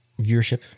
viewership